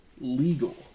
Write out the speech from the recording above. legal